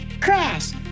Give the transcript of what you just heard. Crash